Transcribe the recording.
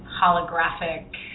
holographic